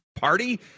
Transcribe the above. party